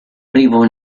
arrivo